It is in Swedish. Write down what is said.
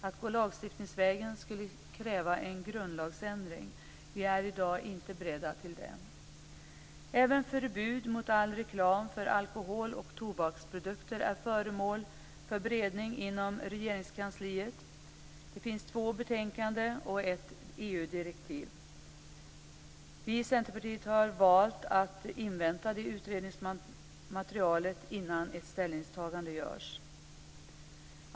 Att gå lagstiftningsvägen skulle kräva en grundlagsändring. Vi är i dag inte beredda till det. Även förbud mot all reklam för alkohol och tobaksprodukter är föremål för beredning inom Regeringskansliet. Det finns två betänkanden och ett EU direktiv. Vi i Centerpartiet har valt att invänta utredningsmaterialet innan ett ställningstagande görs.